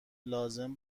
لازم